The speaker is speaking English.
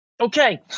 Okay